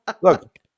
look